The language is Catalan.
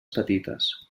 petites